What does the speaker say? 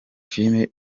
filime